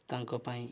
ତାଙ୍କ ପାଇଁ